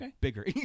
bigger